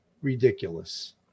ridiculous